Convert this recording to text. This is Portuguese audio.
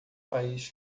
país